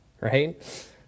right